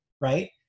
right